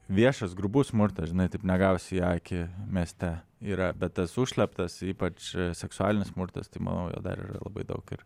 viešas grubus smurtas žinai taip negausi į akį mieste yra bet tas užslėptas ypač seksualinis smurtas tai manau jo dar labai daug ir